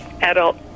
adult